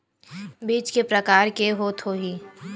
बीज के प्रकार के होत होही?